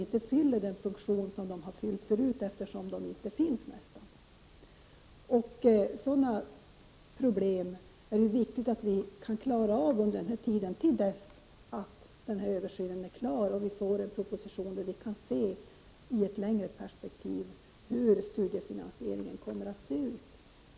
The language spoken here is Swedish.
Dessa fyller nämligen inte samma funktion som tidigare, eftersom de i dag är nästan obefintliga. Det är viktigt att vi klarar av sådana problem. När man är klar med den aktuella översynen och när vi får en proposition, ser vi hur studiefinansieringen kan se ut i ett längre perspektiv.